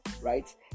right